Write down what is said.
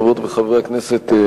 חברות וחברי הכנסת,